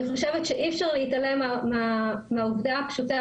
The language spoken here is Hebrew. אני חושבת שאי אפשר להתעלם מהעובדה הפשוטה,